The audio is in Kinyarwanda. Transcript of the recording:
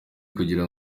kugira